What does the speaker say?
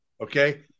Okay